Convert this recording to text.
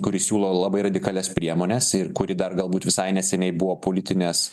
kuri siūlo labai radikalias priemones ir kuri dar galbūt visai neseniai buvo politinės